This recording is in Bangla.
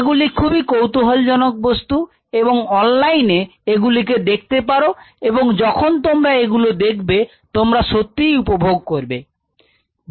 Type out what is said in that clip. এগুলি খুবই কৌতুহলজনক বস্তু এবং অনলাইনে এগুলিকে দেখতে পারো এবং যখন তোমরা এগুলো দেখবে তোমরা সত্যিই উপভোগ করবে